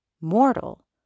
mortal